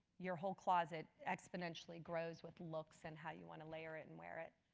your whole closet exponentially grows with looks and how you want to layer it and wear it.